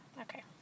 Okay